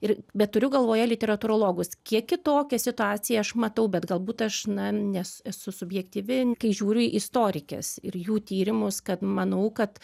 ir bet turiu galvoje literatūrologus kiek kitokią situaciją aš matau bet galbūt aš na nes esu subjektyvi kai žiūriu į istorikes ir jų tyrimus kad manau kad